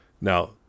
Now